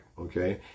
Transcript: okay